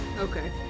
Okay